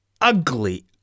ugly